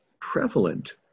prevalent